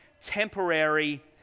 temporary